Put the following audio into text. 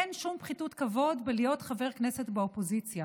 אין שום פחיתות כבוד בלהיות חבר כנסת באופוזיציה